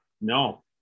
No